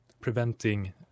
preventing